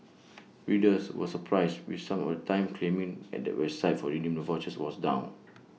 readers were surprised with some at the time claiming and the website for redeeming the vouchers was down